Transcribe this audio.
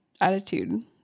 attitude